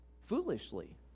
foolishly